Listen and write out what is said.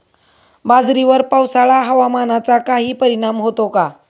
बाजरीवर पावसाळा हवामानाचा काही परिणाम होतो का?